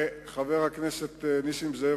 חבר הכנסת נסים זאב,